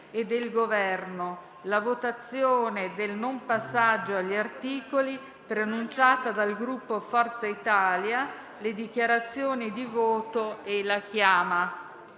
e del Governo, la votazione del non passaggio agli articoli preannunciata dal Gruppo Forza Italia, le dichiarazioni di voto e la chiama.